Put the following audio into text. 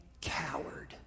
coward